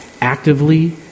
Actively